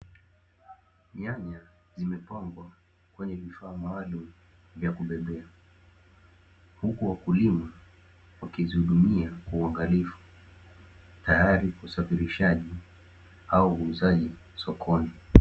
Nyanya zimepangwa kwenye vifaa maalumu vya kubebea; Huku wakulima wakizihudumia kwa uangalifu tayari kwa usafirishaji au uuzaji sokoni.